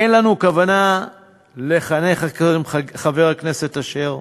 אין לנו כוונה לחנך, חבר הכנסת אשר,